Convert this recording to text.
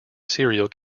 serial